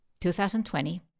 2020